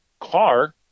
car